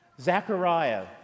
Zechariah